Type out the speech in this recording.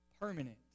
permanent